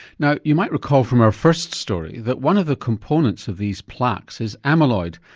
now you might recall from our first story that one of the components of these plaques is amyloid,